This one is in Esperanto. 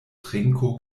trinko